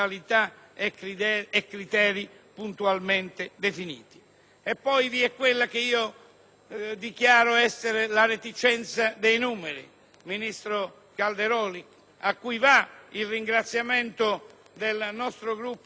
è poi quella che dichiaro essere la reticenza dei numeri, ministro Calderoli, a cui va il ringraziamento del nostro Gruppo per la disponibilità che ha manifestato in questi mesi.